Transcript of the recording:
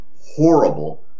horrible